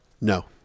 no